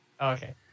Okay